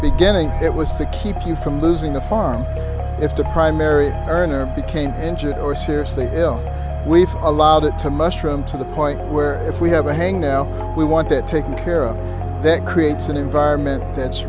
beginning it was to keep you from losing the farm if the primary earner became injured or seriously we've allowed it to mushroom to the point where if we have to hang now we want to take care of that creates an environment that's